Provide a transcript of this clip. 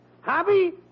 Hobby